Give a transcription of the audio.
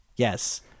Yes